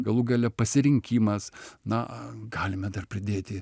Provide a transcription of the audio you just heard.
galų gale pasirinkimas na galime dar pridėti